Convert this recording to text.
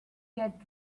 get